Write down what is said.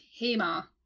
Hema